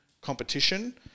competition